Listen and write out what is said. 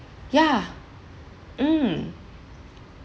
yeah mm